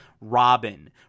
Robin